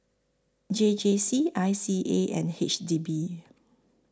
J J C I C A and H D B